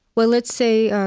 well, let's say um